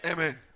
Amen